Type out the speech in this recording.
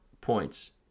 points